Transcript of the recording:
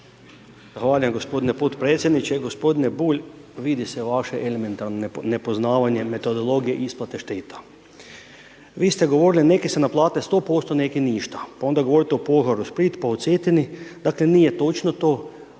vam gospodine podpredsjedniče, gospodine vidi se vaše elementarno nepoznavanje metodologije isplate šteta. Vi ste govorili neki se naplate 100%, neki ništa, pa onda govorite o požaru Split, pa o Cetini, dakle nije točno to.